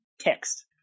text